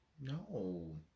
No